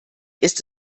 ist